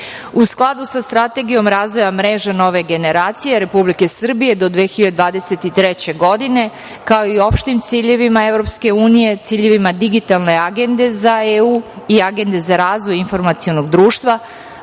U skladu sa Strategijom razvoja mreža nove generacije Republike Srbije do 2023. godine, kao i opštim ciljevima EU, ciljevima Digitalne agende za EU i Agende za razvoj informacionog društva,